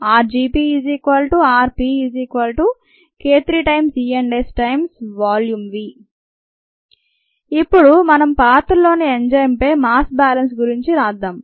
rgPrPk3 V ఇప్పుడు మనం పాత్రలోని ఎంజైమ్ పై మాస్ బ్యాలెన్స్ గురించి రాద్దాం